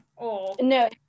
No